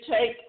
take